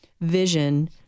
vision